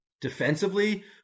defensively